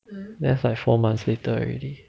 that's like four months later already